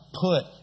put